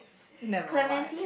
nevermind